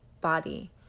body